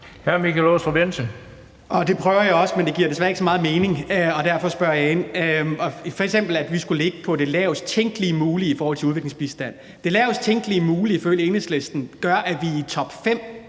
Det prøver jeg også, men det giver desværre ikke så meget mening. Og derfor spørger jeg ind til det, at vi f.eks. skulle ligge på det lavest tænkeligt mulige i forhold til udviklingsbistand. Det, der ifølge Enhedslisten er det lavest